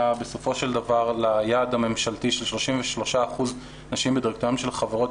בסופו של דבר ליעד הממשלתי של 33% נשים בדירקטוריונים של חברות